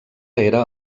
era